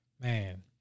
Man